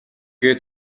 гээд